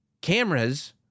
Cameras